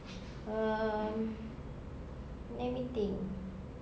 um let me think